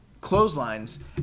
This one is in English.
Clotheslines